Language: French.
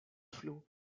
flot